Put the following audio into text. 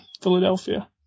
Philadelphia